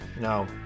no